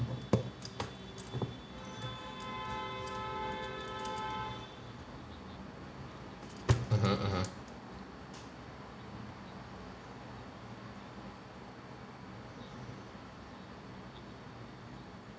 mmhmm mmhmm